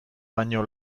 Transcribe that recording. baino